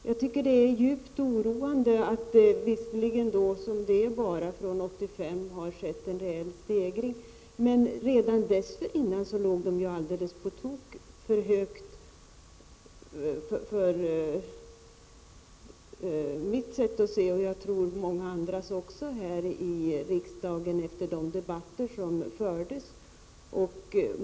Jag tycker att det är djupt oroande att det, visserligen bara från 1985, har skett en reell stegring, när redan dessförinnan siffrorna låg alldeles på tok för högt för mitt sätt att se, och det tror jag gäller många andra också här i riksdagen att döma av de debatter som fördes.